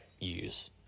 use